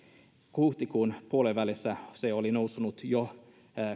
huhtikuun puolivälissä se oli noussut jo